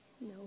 No